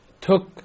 took